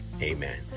Amen